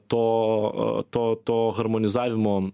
to a to to harmonizavimo